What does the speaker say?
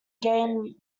gain